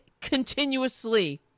continuously